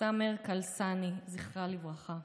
סמר קלסאני, זכרה לברכה,